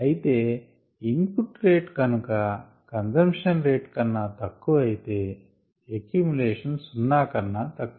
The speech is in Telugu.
అయితే ఇన్ పుట్ రేట్ కనుక కన్సంషన్ రేట్ కన్నా తక్కువ అయితే ఎక్యుమిలేషన్ సున్న కన్నా తక్కువ